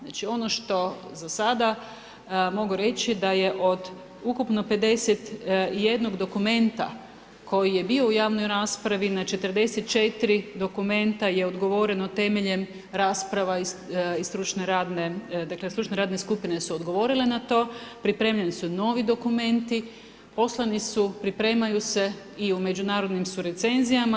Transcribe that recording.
Znači ono što za sada mogu reći da je od ukupno 51 dokumenta koji je bio u javnoj raspravi na 44 dokumenta je odgovoreno temeljem rasprava i stručne radne, dakle stručne radne skupine su odgovorile na to, pripremljeni su novi dokumenti, poslani su, pripremaju se i u međunarodnim su recenzijama.